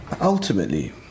Ultimately